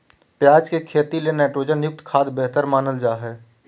प्याज के खेती ले नाइट्रोजन युक्त खाद्य बेहतर मानल जा हय